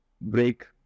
Break